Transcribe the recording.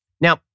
Now